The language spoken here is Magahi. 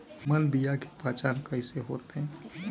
निमन बीया के पहचान कईसे होतई?